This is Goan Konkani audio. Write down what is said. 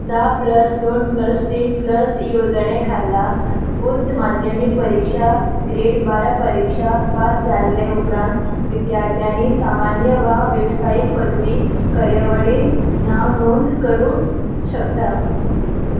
धा प्लस दोन प्लस तीन प्लस येवजणे खाला उच्च माध्यमीक परिक्षा ग्रेड बारा परिक्षा पास जाल्ले उपरांत विद्यार्थ्यांनी सामान्य वा वेवसायीक पदवी कार्यावळींत नांव नोंद करूंक शकता